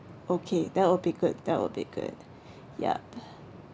okay that will be good that will be good yup